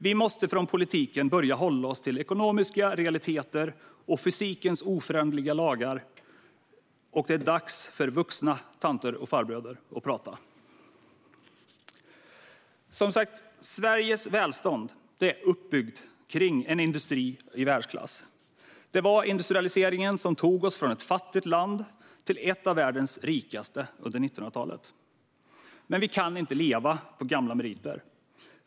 Vi måste från politiken börja hålla oss till ekonomiska realiteter och fysikens oföränderliga lagar. Det är dags för vuxna tanter och farbröder att prata! Sveriges välstånd är som sagt var uppbyggt kring en industri i världsklass. Det var industrialiseringen som tog oss från att vara ett fattigt land till att bli ett av världens rikaste under 1900-talet. Vi kan dock inte leva på gamla meriter.